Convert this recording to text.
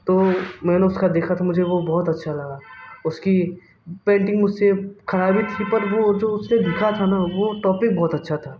तो मैंने उसका देखा था और मुझे वो बहुत अच्छा लगा उसकी पेंटिंग मुझ से ख़राब ही थी पर वो जो उस ने लिखा था ना वो टॉपिक बहुत अच्छा था